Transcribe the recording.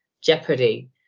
Jeopardy